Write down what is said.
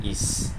is